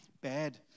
bad